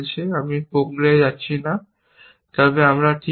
আমি প্রক্রিয়ায় যাচ্ছি না তবে আমরা ঠিক আছি